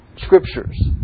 Scriptures